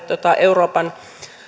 euroopan